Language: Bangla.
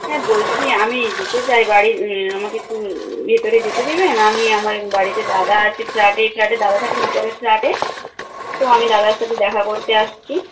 হ্যাঁ বলছি আমি যেতে চাই বাড়ির আমাকে একটু ভেতরে যেতে দিবেন আমি আমার এক বাড়িতে দাদা আছে ফ্ল্যাটে এই ফ্ল্যাটে দাদা থাকেন উপরের ফ্ল্যাটে তো আমি দাদার সাথে দেখা করতে আসছি